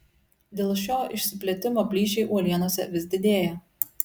dėl šio išsiplėtimo plyšiai uolienose vis didėja